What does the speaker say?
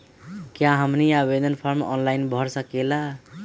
क्या हमनी आवेदन फॉर्म ऑनलाइन भर सकेला?